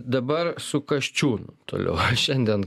dabar su kasčiūnu toliau aš šiandien